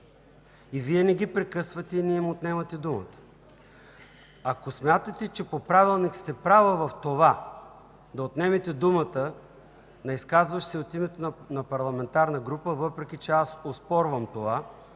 И Вие не ги прекъсвате, и не им отнемате думата. Ако смятате, че по правилниците сте права в това да отнемете думата на изказващия се от името на парламентарна група, въпреки че оспорвам това,